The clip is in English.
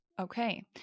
Okay